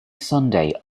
sunday